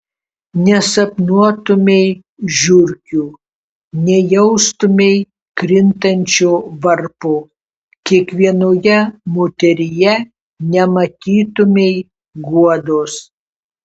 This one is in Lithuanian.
nesapnuotumei žiurkių nejaustumei krintančio varpo kiekvienoje moteryje nematytumei guodos